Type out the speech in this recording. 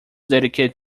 dedicated